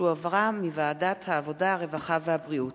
שהחזירה ועדת העבודה, הרווחה והבריאות.